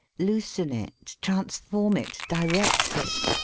loosen it, transform it, direct it.